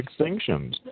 extinctions